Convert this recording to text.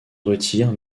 retire